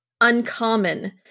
uncommon